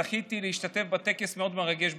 זכיתי להשתתף בטקס מאוד מרגש בכנסת.